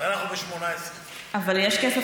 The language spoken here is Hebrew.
ואנחנו בתקציב